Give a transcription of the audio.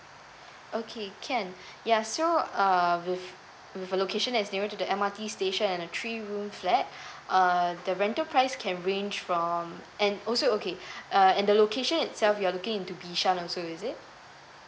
okay can ya so uh with with a location is nearer to the M_R_T station and a three room flat uh the rental price can range from and also okay uh and the location itself you are looking into bishan also is it